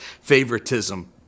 favoritism